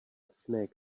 smack